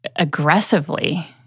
aggressively